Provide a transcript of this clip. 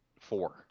Four